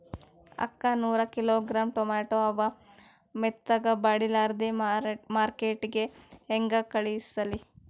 ಅಕ್ಕಾ ನೂರ kilogram tomato ಅವ, ಮೆತ್ತಗಬಡಿಲಾರ್ದೆ ಮಾರ್ಕಿಟಗೆ ಹೆಂಗ ಕಳಸಲಿ?